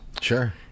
Sure